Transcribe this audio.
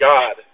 God